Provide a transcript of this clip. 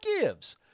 gives